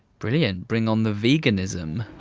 brilliant, bring on the veganism.